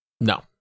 No